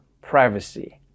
privacy